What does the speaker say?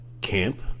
camp